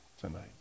tonight